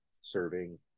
serving